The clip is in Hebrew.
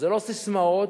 ולא ססמאות,